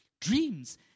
dreams